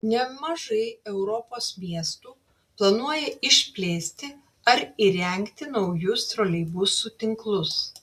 nemažai europos miestų planuoja išplėsti ar įrengti naujus troleibusų tinklus